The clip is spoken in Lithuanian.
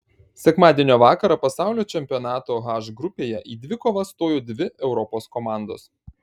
sekmadienio vakarą pasaulio čempionato h grupėje į dvikovą stojo dvi europos komandos